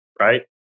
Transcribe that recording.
right